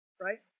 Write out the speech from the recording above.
Right